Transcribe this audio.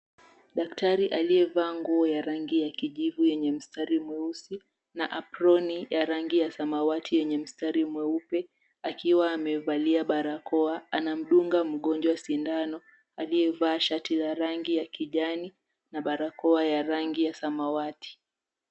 Daktari aliyevaa nguo ya kijivu yenye mistari meusi na aproni yenye rangi ya samawati na mstari mweupe, akiwa amevalia barakoa, anamdunga mgonjwa sindano, aliyevaa shati ya rangi ya kijani na barakoa ya rangi ya samawati.